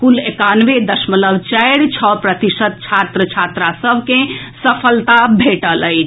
कुल एकानवे दशमलव चारि छओ प्रतिशत छात्र छात्रा सभ के सफलता भेटल अछि